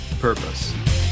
purpose